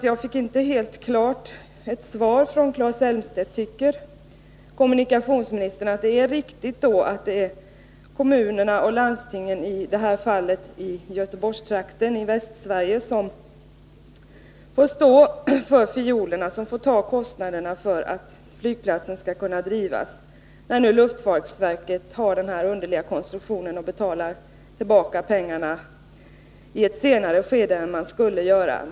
Jag fick inte ett klart svar från Claes Elmstedt. Tycker kommunikationsministern att det är riktigt att kommunerna och landstingen, i detta fall Göteborgstrakten i Västsverige, får stå för fiolerna, ta kostnaderna för att flygplatsen skall kunna drivas, när nu luftfartsverket har den här underliga konstruktionen att betala tillbaka pengarna i ett senare skede än man skulle göra?